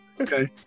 okay